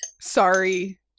Sorry